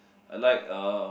I like um